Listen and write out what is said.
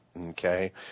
Okay